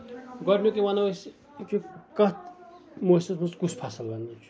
گۄڈٕنیٚتھ وَنو أسۍ کہِ کَتھ موسمَس منٛز کُس فَصٕل وَوُن